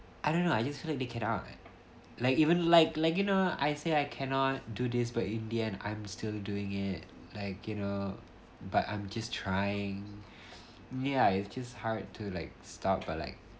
I don't know I just feel like they cannot like even like like you know I say I cannot do this but in the end I I'm still doing it like you know but I'm just trying ya it's just hard to like start by like